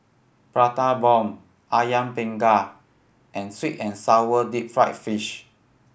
Prata Bomb Ayam Panggang and sweet and sour deep fried fish